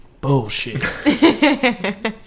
bullshit